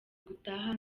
gutaha